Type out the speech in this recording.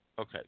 Okay